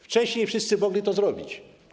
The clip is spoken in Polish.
Wcześniej wszyscy mogli to zrobić.